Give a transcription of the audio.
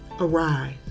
Arise